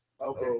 Okay